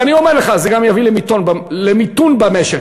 ואני אומר לך, זה גם יביא למיתון במשק.